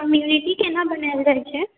community केना बनायल जाइत छै